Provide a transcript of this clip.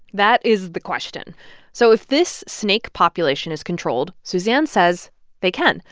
that is the question. so if this snake population is controlled, suzanne says they can.